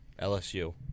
LSU